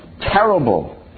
terrible